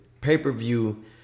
pay-per-view